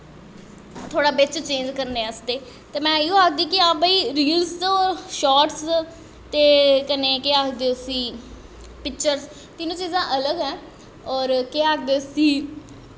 थोह्ड़ा बिच्च चेंज़ करनें आस्तै ते में इयो आखगी भाई रील्स और शॉटस ते कन्ने केह् आखदे उसी पिचरस दिन्नो चीजां अलग ऐं और केह् आखदे उसी